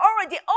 already